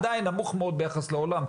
עדיין נמוך מאוד ביחס לעולם,